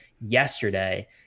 yesterday